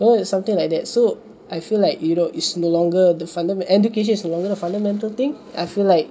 or something like that so I feel like you know is no longer the fundementa~ education is no longer the fundamental thing I feel like